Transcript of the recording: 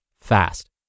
fast